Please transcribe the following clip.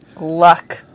Luck